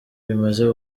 bimaze